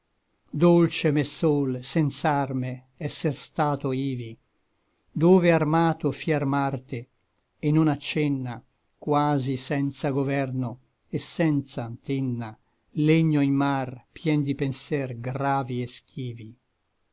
dolce m'è sol senz'arme esser stato ivi dove armato fier marte et non acenna quasi senza governo et senza antenna legno in mar pien di penser gravi et schivi